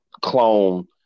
clone